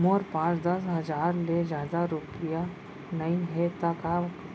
मोर पास दस हजार ले जादा रुपिया नइहे त का